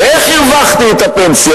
ואיך הרווחתי את הפנסיה?